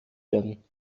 werden